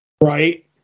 right